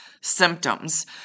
symptoms